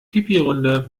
pipirunde